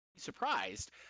Surprised